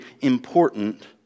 important